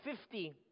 fifty